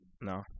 No